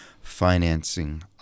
financing